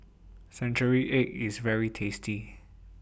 Century Egg IS very tasty